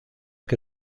que